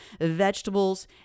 vegetables